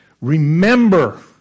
Remember